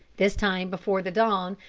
this time before the dawn,